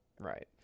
Right